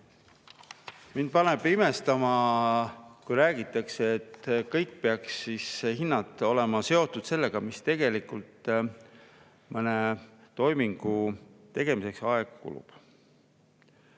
Mind paneb imestama, kui räägitakse, et kõik hinnad peaksid olema seotud sellega, kui palju tegelikult mõne toimingu tegemiseks aega kulub.